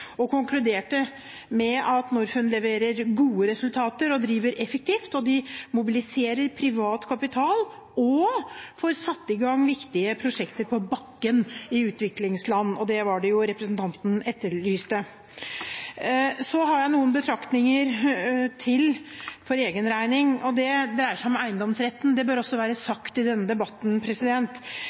og konkluderte med at Norfund leverer gode resultater og driver effektivt. De mobiliserer privat kapital og får satt i gang viktige prosjekter på bakken i utviklingsland. Det var jo det representanten etterlyste. Så har jeg noen betraktninger til, for egen regning, og det dreier seg om eiendomsretten. Det bør også være sagt i denne debatten.